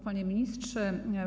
Panie Ministrze!